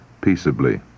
Peaceably